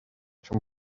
чем